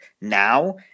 now